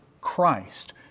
Christ